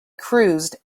cruised